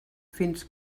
fins